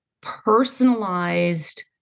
personalized